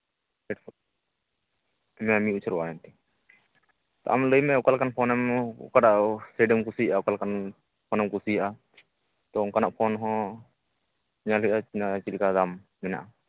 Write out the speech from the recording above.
ᱦᱮᱸ ᱢᱤᱫ ᱵᱚᱪᱷᱚᱨᱨ ᱚᱣᱟᱨᱮᱱᱴᱤ ᱟᱢ ᱞᱟᱹᱭᱢᱮ ᱚᱠᱟᱞᱮᱠᱟᱱ ᱯᱷᱳᱱᱮᱢ ᱚᱠᱟᱴᱟᱜ ᱥᱮᱴᱮᱢ ᱠᱩᱥᱤᱭᱟᱜᱼᱟ ᱚᱠᱟᱞᱮᱠᱟᱱ ᱯᱷᱳᱱᱮᱢ ᱠᱩᱥᱤᱭᱟᱜᱼᱟ ᱛᱚ ᱚᱝᱠᱟᱱᱟᱜ ᱯᱷᱳᱱ ᱦᱚᱸ ᱧᱮᱞ ᱦᱩᱭᱩᱜᱼᱟ ᱪᱮᱫᱞᱮᱠᱟ ᱫᱟᱢ ᱢᱮᱱᱟᱜᱼᱟ